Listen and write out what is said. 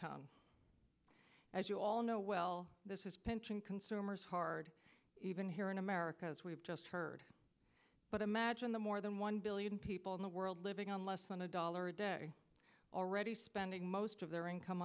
ton as you all know well this is pinching consumers hard even here in america as we've just heard but imagine the more than one billion people in the world living on less than a dollar a day already spending most of their income